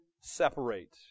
separate